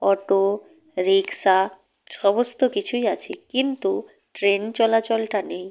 auto rickshaw সমস্ত কিছুই আছে কিন্তু ট্রেন চলাচলটা নেই